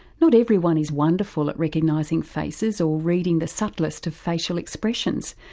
not everyone is wonderful at recognising faces or reading the subtlest of facial expressions.